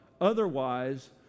Otherwise